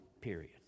period